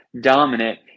dominant